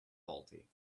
faulty